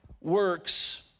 works